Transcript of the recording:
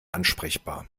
ansprechbar